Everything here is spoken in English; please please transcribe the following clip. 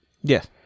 Yes